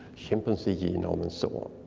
chimpanzee genomes, and so on.